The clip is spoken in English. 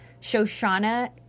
Shoshana